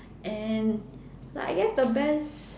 and like I guess the best